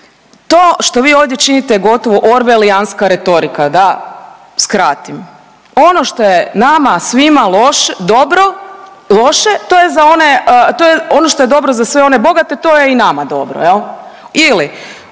To što vi ovdje činiti je gotovo orvelijanska retorika, da skratim. Ono što je nama svima dobro loše to je za one, ono što je dobro za sve one bogate to je i nama dobro jel